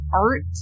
art